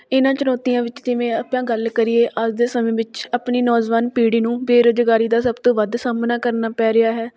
ਇਹਨਾਂ ਚੁਣੌਤੀਆਂ ਵਿੱਚ ਜਿਵੇਂ ਆਪਾਂ ਗੱਲ ਕਰੀਏ ਅੱਜ ਦੇ ਸਮੇਂ ਵਿੱਚ ਆਪਣੀ ਨੌਜਵਾਨ ਪੀੜ੍ਹੀ ਨੂੰ ਬੇਰੁਜ਼ਗਾਰੀ ਦਾ ਸਭ ਤੋਂ ਵੱਧ ਸਾਹਮਣਾ ਕਰਨਾ ਪੈ ਰਿਹਾ ਹੈ